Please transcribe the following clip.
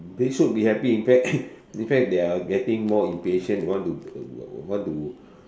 they should be happy in fact in fact they are getting more impatient they want to want to